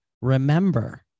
remember